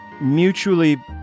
mutually